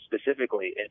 specifically